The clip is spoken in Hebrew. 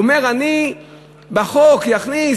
הוא אומר: אני בחוק אכניס,